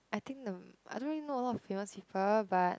I think the I don't really know a lot of famous people but